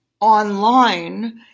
online